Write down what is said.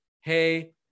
Hey